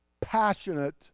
passionate